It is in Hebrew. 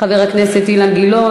חבר הכנסת אילן גילאון,